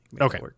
Okay